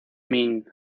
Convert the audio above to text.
min